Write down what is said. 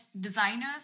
designers